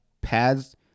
pads